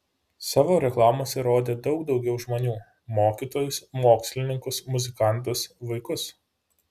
savo reklamose rodė daug daugiau žmonių mokytojus mokslininkus muzikantus vaikus